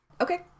Okay